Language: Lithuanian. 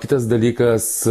kitas dalykas